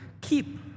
keep